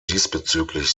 diesbezüglich